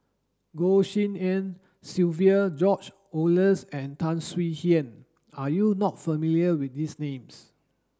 Goh Tshin En Sylvia George Oehlers and Tan Swie Hian are you not familiar with these names